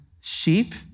sheep